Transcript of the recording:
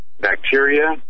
bacteria